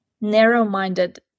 narrow-minded